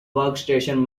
workstation